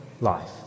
life